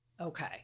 Okay